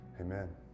Amen